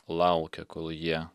laukia kol jie